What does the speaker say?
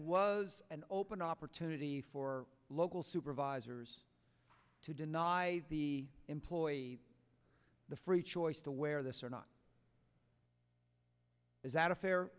was an open opportunity for local supervisors to deny the employee free choice to wear this or not is that a fair